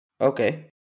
Okay